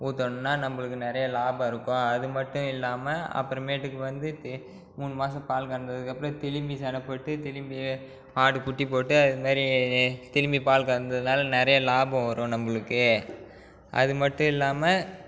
ஊற்றுனோன்னா நம்மளுக்கு நிறையா லாபம் இருக்கும் அது மட்டும் இல்லாமல் அப்புறமேட்டுக்கு வந்துட்டு மூணு மாசம் பால் கறந்ததுக்கு அப்புறம் திரும்பி சென போட்டு திரும்பி மாடு குட்டி போட்டு அந்த மாரி திரும்பி பால் கறந்ததால் நிறையா லாபம் வரும் நம்மளுக்கு அது மட்டும் இல்லாமல்